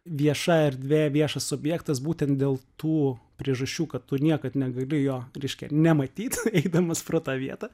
vieša erdvė viešas subjektas būtent dėl tų priežasčių kad tu niekad negali jo reiškia nematyt eidamas pro tą vietą